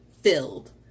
filled